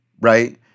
right